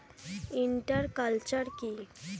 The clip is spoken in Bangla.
ইন্টার কালচার কি?